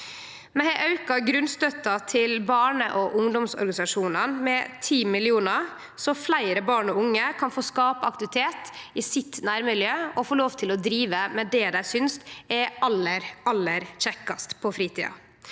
Vi har auka grunnstøtta til barne- og ungdomsorganisasjonane med 10 mill. kr, så fleire barn og unge kan få skapt aktivitet i sitt nærmiljø og få lov til å drive med det dei synest er aller, aller kjekkast på fritida.